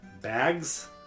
bags